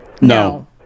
No